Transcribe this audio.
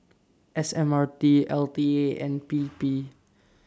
S M R T L T A and P P